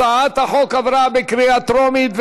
הצעת החוק עברה בקריאה טרומית,